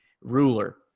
ruler